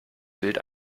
bild